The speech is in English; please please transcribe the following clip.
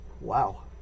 Wow